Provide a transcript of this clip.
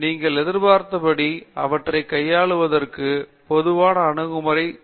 நீங்கள் எதிர்பார்த்தபடி அவற்றைக் கையாளுவதற்கு பொதுவான அணுகுமுறைகள் என்ன